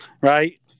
Right